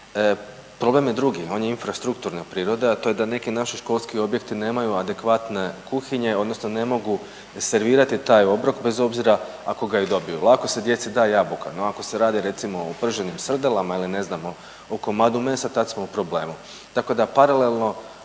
Problem je drugi, on je infrastrukturne prirode, a to je da neki naši školski objekti nemaju adekvatne kuhinje odnosno ne mogu servirati taj obrok bez obzira ako ga i dobiju. Lako se djeci da jabuka. No, ako se radi recimo o prženim srdelama ili ne znam o komadu mesa tad smo i problemu. Tako da paralelno